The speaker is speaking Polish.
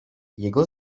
jego